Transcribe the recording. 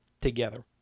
together